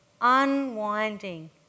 unwinding